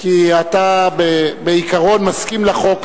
כי אתה בעיקרון מסכים לחוק,